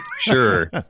Sure